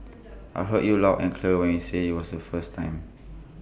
I heard you loud and clear when you said IT was the first time